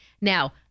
Now